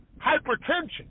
hypertension